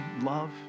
love